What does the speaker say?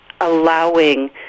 allowing